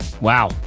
Wow